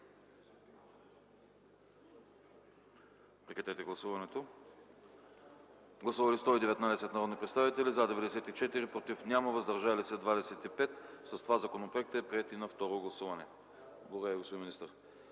г. Моля, гласувайте. Гласували 119 народни представители: за 94, против няма, въздържали се 25. С това законът е приет и на второ гласуване. Господин министър,